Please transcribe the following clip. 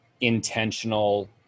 intentional